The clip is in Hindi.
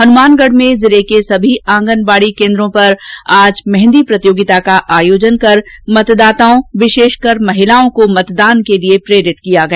हनुमानगढ में जिले के सभी आंगनवाडी केन्द्रों पर मेहंदी प्रतियोगिता का आयोजन कर मतदाताओं को विशेषकर महिलाओं को मतदान करने के लिए प्रेरित किया गया